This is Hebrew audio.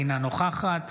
אינה נוכחת